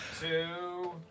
two